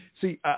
See